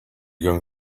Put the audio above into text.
going